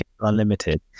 Unlimited